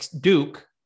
duke